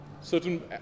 Certain